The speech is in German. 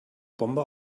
bombe